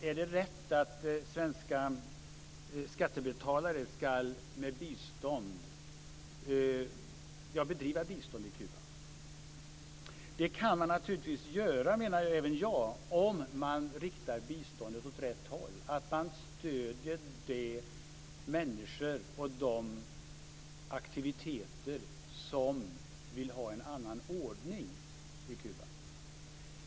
Är det rätt att svenska skattebetalare ska ge bistånd till Kuba? Det kan man naturligtvis göra, menar även jag, om man riktar biståndet åt rätt håll, nämligen om man stöder de människor och de aktiviteter som vill ha en annan ordning i Kuba.